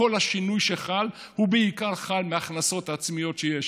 כל השינוי שחל, הוא חל בעיקר מהכנסות עצמיות שיש.